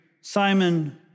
Simon